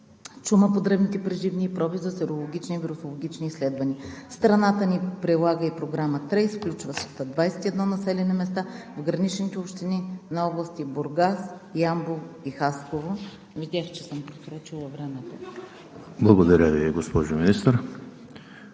чума по дребните преживни и проби за серологични вирусологични изследвания. Страната ни прилага и Програма THRACE, включваща 21 населени места в граничните общини на области Бургас, Ямбол и Хасково. ПРЕДСЕДАТЕЛ ЕМИЛ ХРИСТОВ: Благодаря Ви, госпожо Министър.